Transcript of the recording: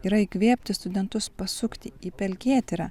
yra įkvėpti studentus pasukti į pelkėtyrą